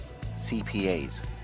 CPAs